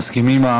מסכימים?